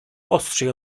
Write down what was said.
ostrzej